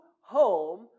home